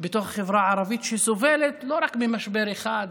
בתוך החברה הערבית שסובלת לא רק ממשבר אחד,